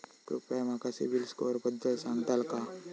कृपया माका सिबिल स्कोअरबद्दल सांगताल का?